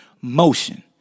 motion